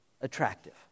attractive